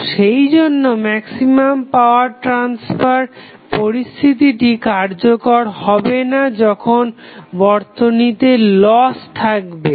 তো সেই জন্য ম্যাক্সিমাম পাওয়ার ট্রাসফার পরিস্থিতিটি কার্যকর হবে না যখন বর্তনীতে লস থাকবে